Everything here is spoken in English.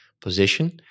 position